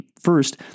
First